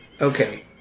okay